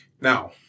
now